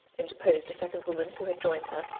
interposed a second woman, who had joined her,